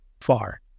far